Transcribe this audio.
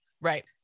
Right